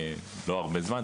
לא הרבה זמן,